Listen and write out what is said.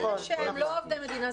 אלה שהם לא עובדי מדינה,